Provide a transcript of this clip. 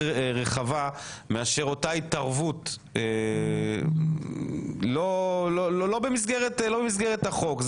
רחבה מאשר אותה התערבות לא במסגרת החוק,